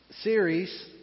series